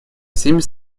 всеми